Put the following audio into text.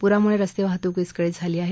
प्राम्ळे रस्ते वाहतूक विस्कळीत झाली आहे